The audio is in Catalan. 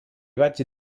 vaig